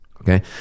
Okay